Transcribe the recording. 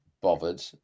bothered